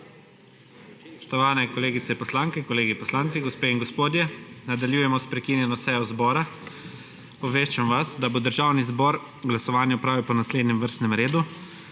Spoštovane kolegice poslanke, kolegi poslanci, gospe in gospodje, nadaljujemo s prekinjeno sejo zbora. Obveščam vas, da bo Državni zbor glasovanje opravil po naslednjem vrstnem redu: